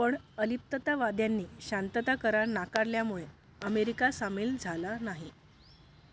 पण अलिप्ततावाद्यांनी शांतता करार नाकारल्यामुळे अमेरिका सामील झाला नाही